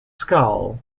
skull